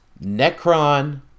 Necron